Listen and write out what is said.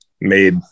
made